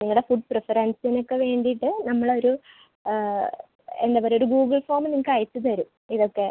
നിങ്ങളുടെ ഫുഡ് പ്രിഫെറൻസിനൊക്കെ വേണ്ടിയിട്ട് നമ്മളൊരു എന്താ പറയുക ഒരു ഗൂഗിൾ ഫോമ് നിങ്ങൾക്ക് അയച്ച് തരും ഇതൊക്കെ